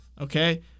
Okay